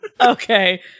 okay